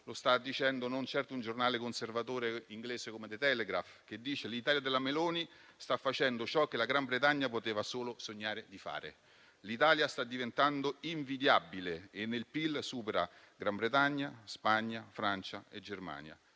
Lo sta dicendo non certo un giornale conservatore inglese come "The Telegraph", che dice che l'Italia della Meloni sta facendo ciò che la Gran Bretagna poteva solo sognare di fare; l'Italia sta diventando invidiabile e nel PIL supera Gran Bretagna, Spagna, Francia e Germania.